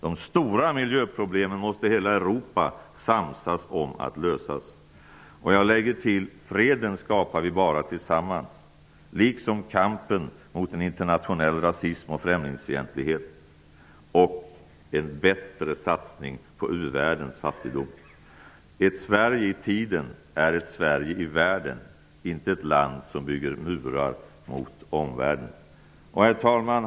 De stora miljöproblemen måste hela Europa samsas om att lösa.'' Freden skapar vi bara tillsammans, liksom kampen mot en internationell rasism och främlingsfientlighet, och bättre satsning mot uvärldens fattigdom. Ett Sverige i tiden är ett Sverige i världen, inte ett land som bygger murar mot omvärlden. Herr talman!